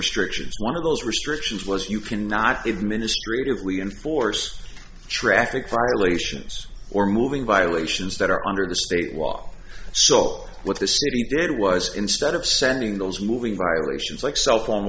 restrictions one of those restrictions was you cannot administer it if we enforce traffic violations or moving violations that are under the state law so what the city did was instead of sending those moving violations like cell phone